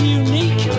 unique